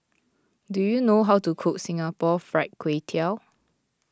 do you know how to cook Singapore Fried Kway Tiao